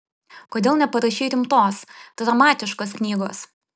kodėl neparašei rimtos dramatiškos knygos